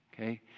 Okay